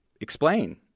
explain